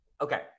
okay